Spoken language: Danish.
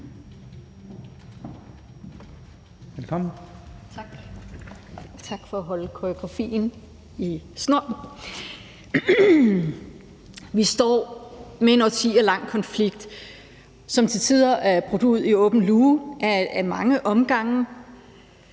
Faxe (ALT): Tak for at have snor i koreografien. Vi står med en årtier lang konflikt, som til tider er brudt ud i lys lue, ad mange omgange.